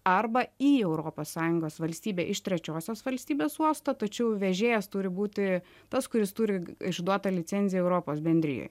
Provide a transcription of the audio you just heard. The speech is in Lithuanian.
arba į europos sąjungos valstybę iš trečiosios valstybės uosto tačiau vežėjas turi būti tas kuris turi išduotą licenciją europos bendrijoj